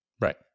Right